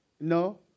No